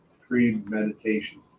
premeditation